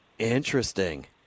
Interesting